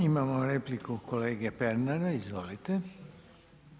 Imamo repliku kolege Pernara, izvolite.